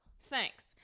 Thanks